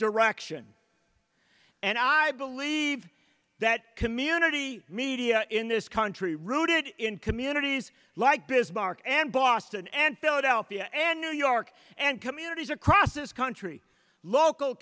direction and i believe that community media in this country rooted in communities like bismarck and boston and philadelphia and new york and communities across this country local